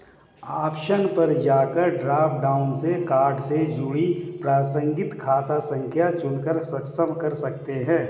option पर जाकर drop down से कार्ड से जुड़ी प्रासंगिक खाता संख्या चुनकर सक्षम कर सकते है